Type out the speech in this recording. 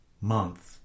month